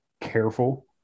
careful